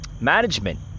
management